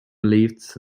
lifts